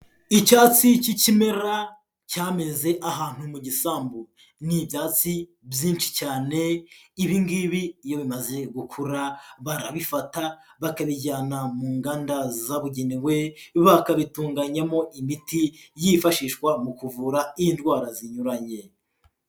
Icyatsi cy'ikimera cyameze ahantu mu gisambu, ni ibyatsi byinshi cyane, ibi ngibi iyo bimaze gukura barabifata bakabijyana mu nganda zabugenewe, bakabitunganyamo imiti yifashishwa mu kuvura indwara zinyuranye.